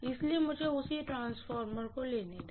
इसलिए मुझे उसी ट्रांसफार्मर को लेने दें